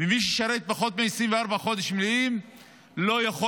ומי ששירת פחות מ-24 חודש מלאים לא יכול